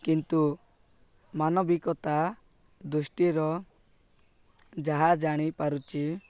କିନ୍ତୁ ମାନବିକତା ଦୃଷ୍ଟିର ଯାହା ଜାଣିପାରୁଛି